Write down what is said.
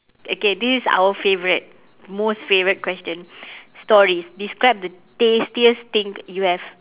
okay this our favourite most favourite question stories describe the tastiest thing you have